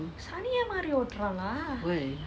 why